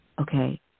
okay